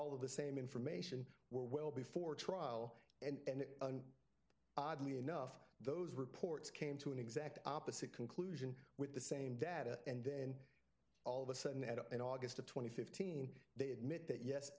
all of the same information were well before trial and oddly enough those reports came to an exact opposite conclusion with the same data and then all of a sudden and in august of twenty fifteen they admit that yes